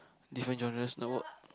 different genres no